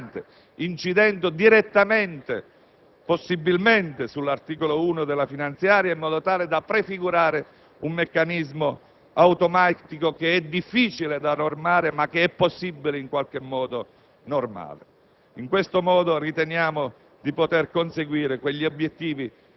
sul DPEF, e lo vogliamo fare con una innovazione importante, incidendo direttamente, possibilmente, sull'articolo 1 della finanziaria, in modo tale da prefigurare un meccanismo automatico che è difficile, ma possibile normare.